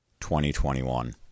2021